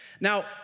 Now